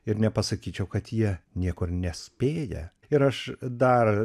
ir nepasakyčiau kad jie niekur nespėja ir aš dar